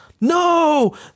No